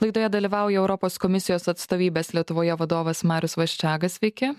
laidoje dalyvauja europos komisijos atstovybės lietuvoje vadovas marius vaščega